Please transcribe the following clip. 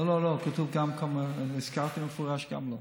לא, לא, לא, כתוב גם, הזכרתי במפורש גם לא.